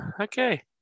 Okay